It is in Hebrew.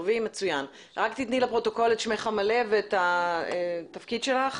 רק תני לפרוטוקול את השם המלא ואת התפקיד שלך.